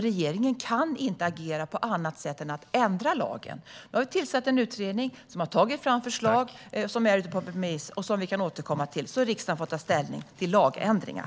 Regeringen kan alltså inte agera på annat sätt än genom att ändra lagen. Nu har vi tillsatt en utredning som har tagit fram förslag som är ute på remiss. Vi återkommer till dessa förslag så att riksdagen får ta ställning till lagändringar.